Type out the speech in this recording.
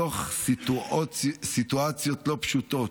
בתוך סיטואציות לא פשוטות.